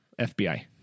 FBI